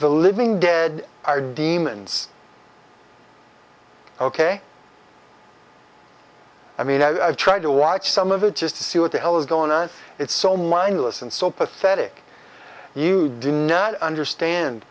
the living dead are demons ok i mean i've tried to watch some of it just to see what the hell is going on it's so mindless and so pathetic you do not understand